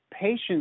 patients